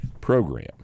program